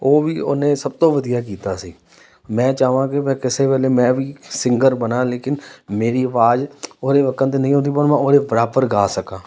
ਉਹ ਵੀ ਉਹਨੇ ਸਭ ਤੋਂ ਵਧੀਆ ਕੀਤਾ ਸੀ ਮੈਂ ਚਾਹਵਾਂ ਕੀ ਮੈਂ ਕਿਸੇ ਵੇਲੇ ਮੈਂ ਵੀ ਸਿੰਗਰ ਬਣਾ ਲੇਕਿਨ ਮੇਰੀ ਆਵਾਜ਼ ਉਹਦੇ ਵਕਨ ਨਹੀਂ ਹੁੰਦੀ ਪਰ ਮੈਂ ਉਹਦੇ ਬਰਾਬਰ ਗਾ ਸਕਾਂ